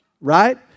right